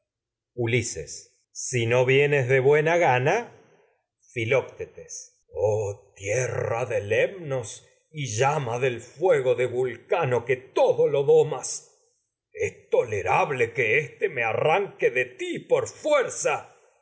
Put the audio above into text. ulises si filoctetes vienes de buena gana oh tierra de lemnos y llama del fue go me de yulcano que todo lo domas arranque es tolerable que éste de ti por fuerza